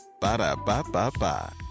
Ba-da-ba-ba-ba